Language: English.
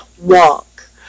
walk